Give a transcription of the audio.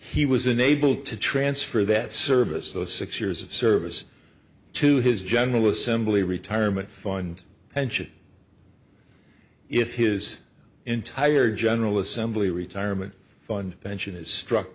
he was unable to transfer that service those six years of service to his general assembly retirement fund pension if his entire general assembly retirement fund pension is struck